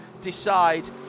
decide